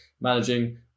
managing